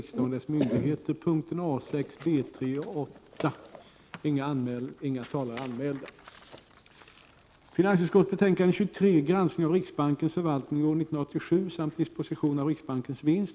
Kammaren övergick därför till att debattera finansutskottets betänkande 23 om granskningen av riksbankens förvaltning år 1987 samt disposition av riksbankens vinst.